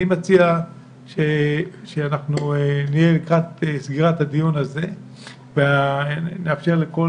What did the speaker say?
אני מציע שנהיה לקראת סגירת הדיון הזה ונאפשר לכל